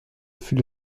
fut